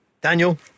Daniel